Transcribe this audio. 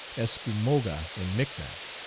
eskumoga in micmac,